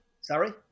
Sorry